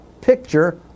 picture